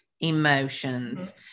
emotions